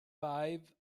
five